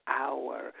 hour